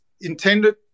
intended